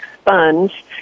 sponge